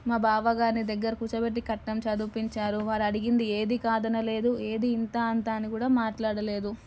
మా బావ గారిని దగ్గర కూర్చోబెట్టి కట్నం చదివించారు వారు అడిగింది ఏదీ కాదనలేదు ఏదీ ఇంత అంత అని కూడా మాట్లాడలేదు